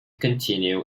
continue